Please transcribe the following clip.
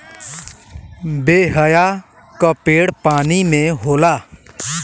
बेहया क पेड़ पानी में होला